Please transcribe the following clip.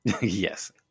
yes